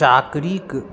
चाकरीके